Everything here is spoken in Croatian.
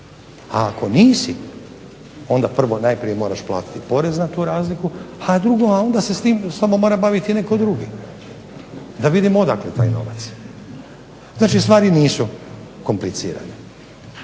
A ako nisi onda prvo najprije moraš platiti porez na tu razliku, a drugo onda se s tim samo mora baviti netko drugi da vidimo odakle taj novac. Znači, stvari nisu komplicirane.